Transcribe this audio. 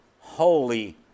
holy